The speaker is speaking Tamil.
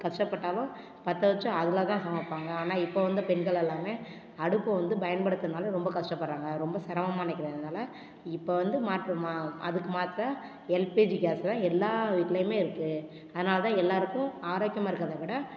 கஷ்டப்பட்டாலும் பற்ற வச்சு அதில் தான் சமைப்பாங்க ஆனால் இப்போ வந்து பெண்கள் எல்லாமே அடுப்பை வந்து பயன்படுத்துணுன்னாலே ரொம்ப கஷ்டப்பட்டுறாங்க ரொம்ப சிரமமா நினைக்கிறதுனால இப்போ வந்து மாற்று மா அதுக்கு மாற்றா எல்பிஜி கேஸ் தான் எல்லா வீட்டுலேயுமே இருக்குது அதனால் தான் எல்லோருக்கும் ஆரோக்கியமாக இருக்கிறதை விட